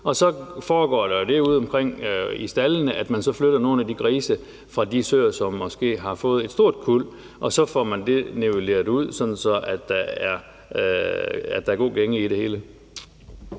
Så foregår der det udeomkring i staldene, at man så flytter nogle af de grise fra de søer, som måske har fået et stort kuld, og så får man det nivelleret ud, sådan at der er god gænge i det hele.